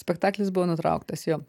spektaklis buvo nutrauktas jo